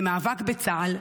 למאבק בצה"ל,